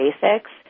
Basics